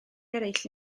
eraill